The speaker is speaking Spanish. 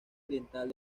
oriental